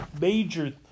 major